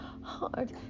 hard